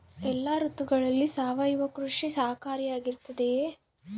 ಎಲ್ಲ ಋತುಗಳಲ್ಲಿ ಸಾವಯವ ಕೃಷಿ ಸಹಕಾರಿಯಾಗಿರುತ್ತದೆಯೇ?